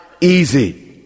easy